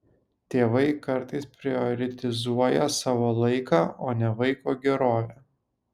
tėvai kartais prioritizuoja savo laiką o ne vaiko gerovę